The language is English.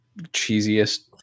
cheesiest